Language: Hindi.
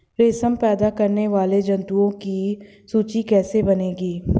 रेशम पैदा करने वाले जंतुओं की सूची कैसे बनेगी?